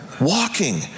walking